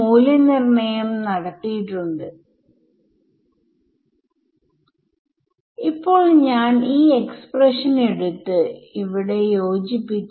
പൂർണ്ണമായ ഡികേയിങ്ങ് എക്സ്പോണെൻഷിയൽഅഥവാ പൂർണമായ ഇന്ക്രീസിങ് എക്സ്പോണെൻഷിയൽ പോലെ മാറി എന്ന് വിചാരിക്കുക